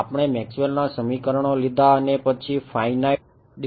આપણે મેક્સવેલના સમીકરણો લીધા અને પછી ફાઇનાઇટ ડિફફરેસન્સીસ કર્યા